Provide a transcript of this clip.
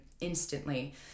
instantly